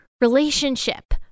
relationship